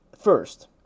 First